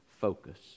focus